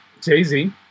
Jay-Z